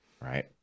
right